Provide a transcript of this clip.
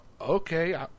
okay